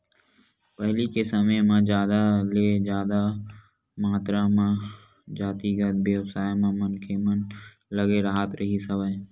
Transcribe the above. पहिली के समे म जादा ले जादा मातरा म जातिगत बेवसाय म मनखे मन लगे राहत रिहिस हवय